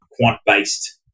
quant-based